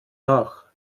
nach